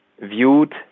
viewed